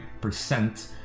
percent